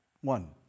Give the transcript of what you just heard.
One